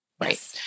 Right